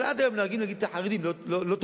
אבל עד היום נוהגים להגיד שהחרדים לא תורמים.